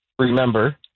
remember